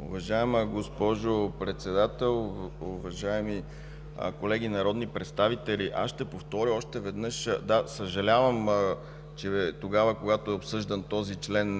Уважаема госпожо Председател, уважаеми колеги народни представители! Аз ще повторя още веднъж: да, съжалявам, че когато е обсъждан този член,